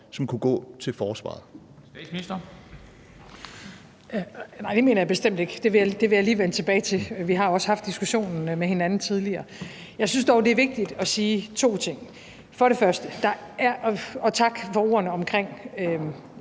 (Mette Frederiksen): Nej, det mener jeg bestemt ikke. Det vil jeg lige vende tilbage til, og vi har også haft diskussionen med hinanden tidligere. Jeg synes dog, det er vigtigt at sige to ting: For det første er der behov for – og tak for ordene om